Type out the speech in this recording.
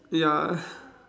ya